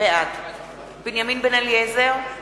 בעד בנימין בן-אליעזר,